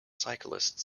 cyclist